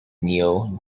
neo